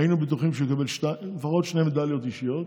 היינו בטוחים שהוא יקבל לפחות שתי מדליות אישיות.